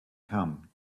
come